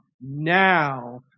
Now